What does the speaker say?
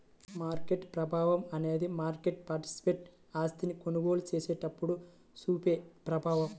market ప్రభావం అనేది market participant ఆస్తిని కొనుగోలు చేసినప్పుడు చూపే ప్రభావం